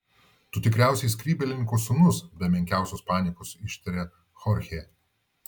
tu tikriausiai skrybėlininko sūnus be menkiausios paniekos ištarė chorchė